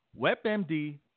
WebMD